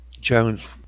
Jones